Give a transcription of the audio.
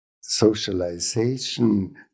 socialization